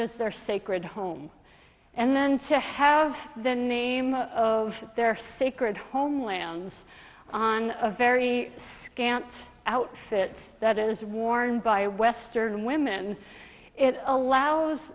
is their sacred home and then to have the name of their sacred homelands on a very scant outfits that is worn by western women it allows